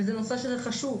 וזה נושא חשוב.